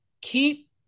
keep